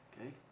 Okay